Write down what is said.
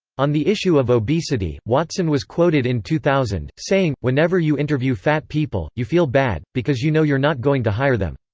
on the issue of obesity, watson was quoted in two thousand, thousand, saying whenever you interview fat people, you feel bad, because you know you're not going to hire them.